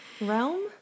realm